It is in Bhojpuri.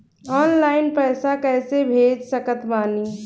ऑनलाइन पैसा कैसे भेज सकत बानी?